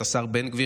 את השר בן גביר.